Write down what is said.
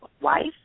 wife